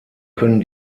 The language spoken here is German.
können